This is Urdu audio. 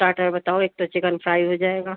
اسٹارٹر بتاؤ ایک تو چکن فرائی ہو جائے گا